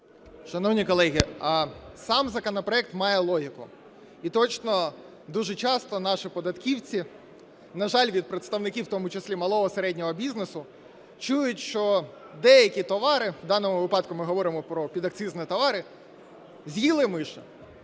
Шановні колеги, сам законопроект має логіку. І точно дуже часто наші податківці, на жаль, від представників в тому числі малого і середнього бізнесу чують, що деякі товари, в даному випадку ми говоримо про підакцизні товари, з'їли миші.